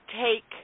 take